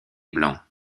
blancs